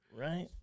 right